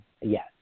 yes